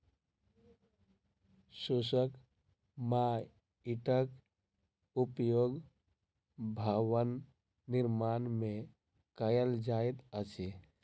शुष्क माइटक उपयोग भवन निर्माण मे कयल जाइत अछि